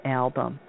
album